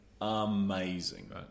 amazing